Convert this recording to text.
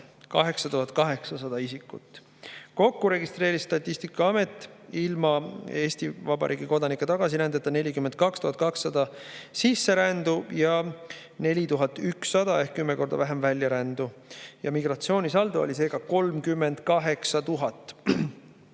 8800 isikut. Kokku registreeris Statistikaamet ilma Eesti Vabariigi kodanike tagasirändeta 42 200 sisserändu ja 4100 ehk 10 korda vähem väljarändu. Migratsioonisaldo oli seega 38 000.